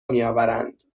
میآورند